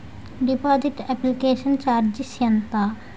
Deposit application charges ఎంత?